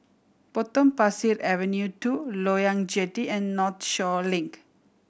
Potong Pasir Avenue Two Loyang Jetty and Northshore Link